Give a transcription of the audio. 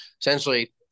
essentially